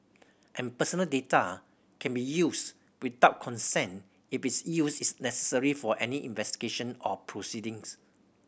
and personal data can be used without consent if its use is necessary for any investigation or proceedings